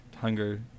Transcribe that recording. hunger